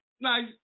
nice